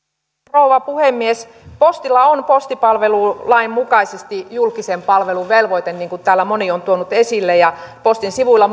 rouva puhemies postilla on postipalvelulain mukaisesti julkisen palvelun velvoite niin kuin täällä moni on tuonut esille ja postin sivuilla